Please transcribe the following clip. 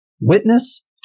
Witness